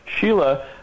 Sheila